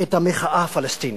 את המחאה הפלסטינית.